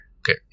Okay